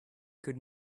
could